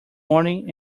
morning